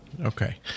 okay